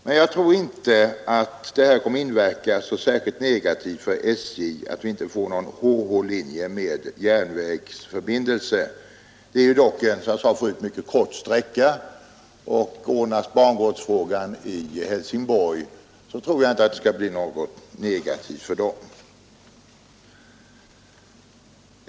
Men jag tror inte att det kommer att inverka särskilt negativt för SJ att vi inte får en HH-linje med järnvägsförbindelse, om nu bangårdsfrågan i Helsingborg ordnas. Det är dock, som jag sade förut, en mycket kort sträcka.